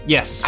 Yes